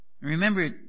Remember